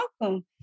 welcome